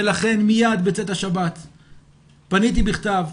ולכן מייד בצאת השבת פניתי בכתב,